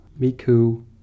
Miku